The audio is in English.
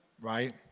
right